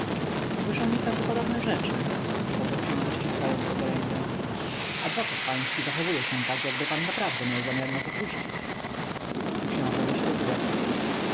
słyszę nieprawdopodobne rzeczy zaczął książe ściskając go za rękę adwokat pański zachowuje się tak jakby pan naprawdę miał zamiar nas opuścić czy książe myślał że żartuję